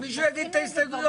מי נגד?